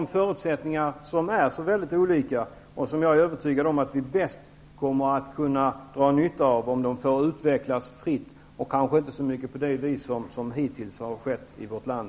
Jag är övertygad om att vi kommer att kunna dra nytta av att de får utvecklas fritt, och kanske inte på det sätt som hittills har skett i vårt land.